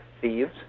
thieves